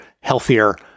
healthier